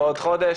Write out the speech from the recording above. בעוד חודש.